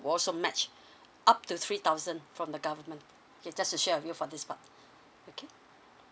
will also match up to three thousand from the government okay just to share with you for this part okay